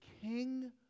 King